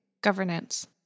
governance